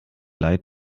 leid